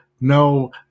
no